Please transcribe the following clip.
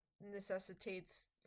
necessitates